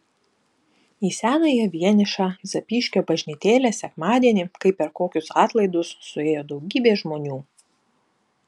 į senąją vienišą zapyškio bažnytėlę sekmadienį kaip per kokius atlaidus suėjo daugybė žmonių